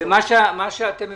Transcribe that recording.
ומה שאתם מבקשים,